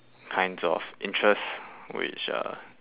kinds of interests which uh